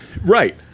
Right